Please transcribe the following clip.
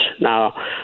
Now